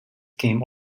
game